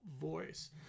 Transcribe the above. voice